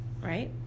right